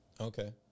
Okay